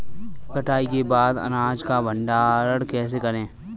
कटाई के बाद अनाज का भंडारण कैसे करें?